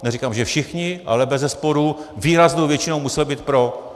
Neříkám, že všichni, ale bezesporu výraznou většinou museli být pro.